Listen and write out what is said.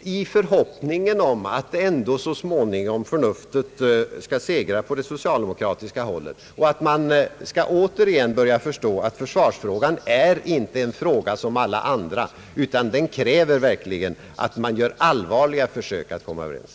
i förhoppningen om att förnuftet ändå så småningom skall segra på det socialdemokratiska hållet och att man återigen där skall börja förstå att försvarsfrågan inte är en fråga som alla andra. Nej, den kräver verkligen att man gör allvarliga försök att komma överens.